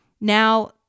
Now